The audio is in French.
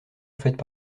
faites